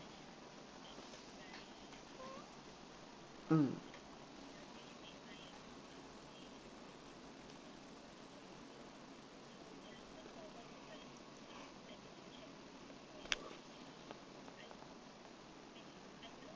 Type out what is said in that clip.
mm